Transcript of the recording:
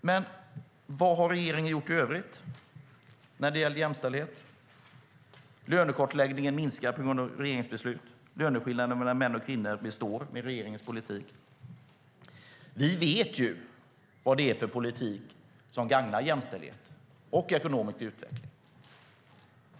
Men vad har regeringen gjort i övrigt när det gäller jämställdhet? Lönekartläggningen minskar på grund av regeringens beslut. Löneskillnaderna mellan män och kvinnor består med regeringens politik. Vi vet ju vad det är för politik som gagnar jämställdhet och ekonomisk utveckling.